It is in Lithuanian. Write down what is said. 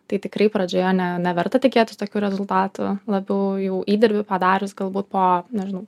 tai tikrai pradžioje ne neverta tikėtis tokių rezultatų labiau jau įdirbį padarius galbūt po nežinau